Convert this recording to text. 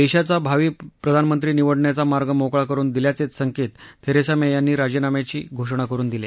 देशाचा भावी प्रधानमंत्री निवडण्याचा मार्ग मोकळा करून दिल्याचेच संकेत थेरेसा मे यांनी राजीनाम्याची घोषणा करून दिले